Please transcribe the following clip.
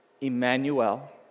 Emmanuel